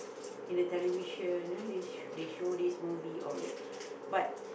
in the television ah they they show this movie all that but